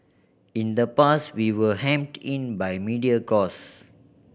in the past we were hemmed in by media cost